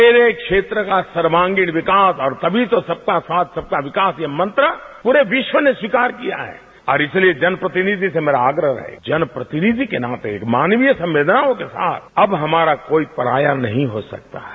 मेरे क्षेत्र का सर्वांगीण विकास और तभी तो सबका साथ सबका विकास ये मंत्र पूरे विश्व ने स्वीकार किया है और इसलिए जन प्रतिनिधि से मेरा आग्रह जन प्रतिनिधि के नाते मानवीय संवेदनाओं के साथ हमारा कोई पराया नहीं हो सकता है